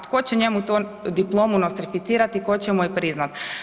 Tko će njemu tu diplomu nostrificirati, tko će mu je priznat?